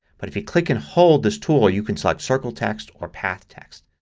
but if you click and hold this tool you can select circle text or path text.